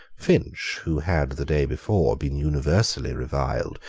finch, who had the day before been universally reviled,